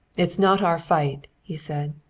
it's not our fight, he said.